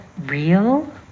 real